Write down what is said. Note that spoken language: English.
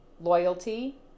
loyalty